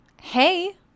Hey